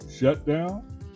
shutdown